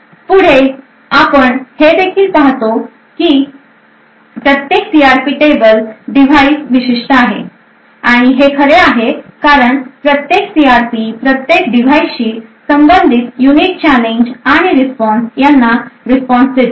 पुढे आपण हे देखील पाहतो की प्रत्येक सीआरपी टेबल डिव्हाइस विशिष्ट आहे आणि हे खरे आहे कारण प्रत्येक सीआरपी प्रत्येक डिव्हाइसशी संबंधित युनिक चॅलेंज आणि रिस्पॉन्स यांना रिस्पॉन्स देतो